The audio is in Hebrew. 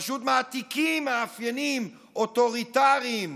פשוט מעתיקים מאפיינים אוטוריטריים